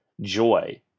joy